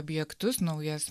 objektus naujas